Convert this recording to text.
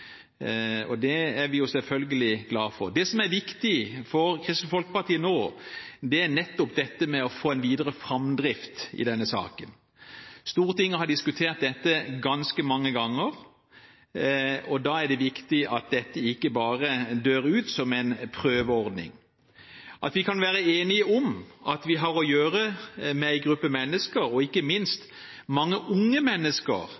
videre. Det er vi selvfølgelig glad for. Det som er viktig for Kristelig Folkeparti nå, er nettopp dette med å få en videre framdrift i denne saken. Stortinget har diskutert dette ganske mange ganger, og da er det viktig at dette ikke bare dør ut som en prøveordning, og at vi kan være enige om at vi har å gjøre med en gruppe mennesker, og ikke minst mange unge mennesker